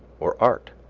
or art.